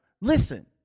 listen